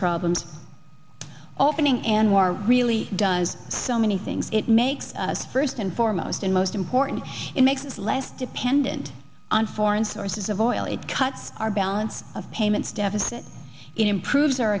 problems often ing and war really does so many things it makes us first and foremost in most important it makes us less dependent on foreign sources of oil it cuts our balance of payments deficit it improves our